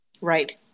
Right